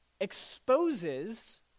exposes